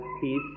peace